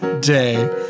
day